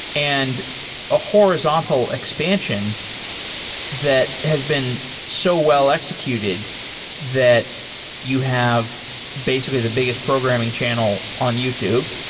and a horizontal expansion that has been so wel l-executed that you have basically the biggest programming channel on youtube.